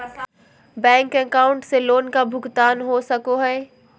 Bank account से loan का भुगतान हो सको हई?